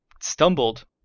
stumbled